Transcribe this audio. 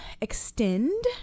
extend